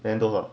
then do what